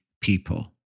people